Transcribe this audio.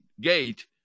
gate